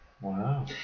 Wow